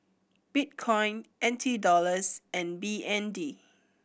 Bitcoin N T Dollars and B N D